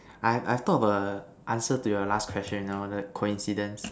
I I have thought of a answer to your last question you know the coincidence